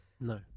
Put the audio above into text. No